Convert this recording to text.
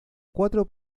cuatro